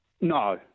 No